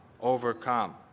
overcome